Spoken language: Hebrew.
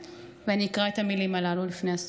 ואני אקרא את המילים הללו לפני הסוף.